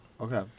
Okay